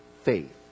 faith